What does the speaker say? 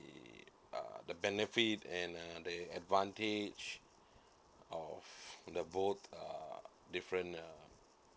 uh the benefit and uh the advantage of the both uh different uh